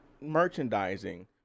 merchandising